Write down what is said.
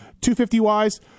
250-wise